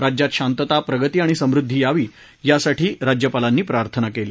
राज्यात शातंता प्रगती आणि समृद्धी यावी यासाठी राज्यपालांनी प्रार्थना केली